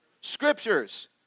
scriptures